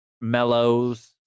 Mellows